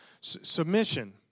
Submission